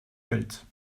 welt